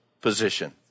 position